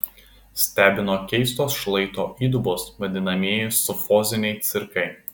stebino keistos šlaito įdubos vadinamieji sufoziniai cirkai